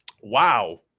wow